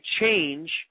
change